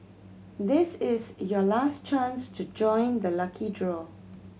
this is your last chance to join the lucky draw